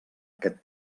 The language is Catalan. aquest